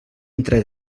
entre